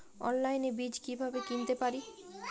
অনলাইনে বীজ কীভাবে কিনতে পারি?